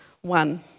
One